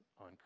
on